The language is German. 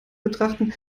betrachten